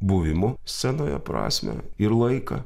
buvimo scenoje prasmę ir laiką